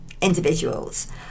individuals